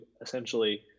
essentially